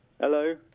Hello